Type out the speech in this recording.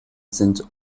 sind